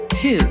two